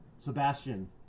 Sebastian